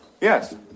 Yes